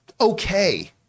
okay